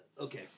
Okay